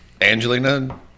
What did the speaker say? Angelina